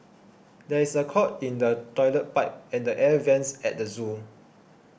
there is a clog in the Toilet Pipe and the Air Vents at the zoo